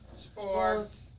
Sports